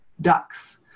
ducks